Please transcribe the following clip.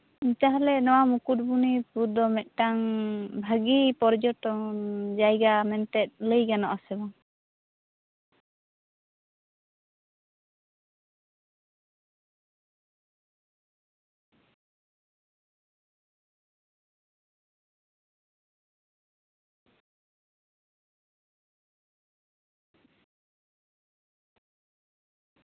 ᱛᱟᱞᱦᱮ ᱱᱚᱶᱟ ᱢᱩᱠᱩᱴᱢᱩᱱᱤᱯᱩᱨ ᱫᱚ ᱢᱤᱫᱴᱟᱱ ᱵᱷᱟᱹᱜᱤ ᱯᱚᱨᱡᱚᱴᱚᱱ ᱡᱟᱭᱜᱟ ᱢᱮᱱᱛᱮ ᱞᱟᱹᱭ ᱜᱟᱱᱚᱜᱼᱟ ᱥᱮ ᱵᱟᱝ